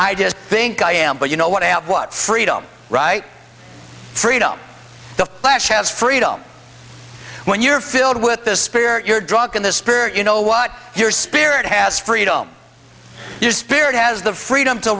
i just think i am but you know what i have what freedom right freedom the flash has freedom when you're filled with the spirit you're drunk in the spirit you know what your spirit has freedom your spirit has the freedom to